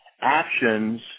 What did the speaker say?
actions